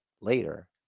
later